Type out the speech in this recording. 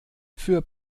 für